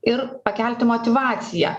ir pakelti motyvaciją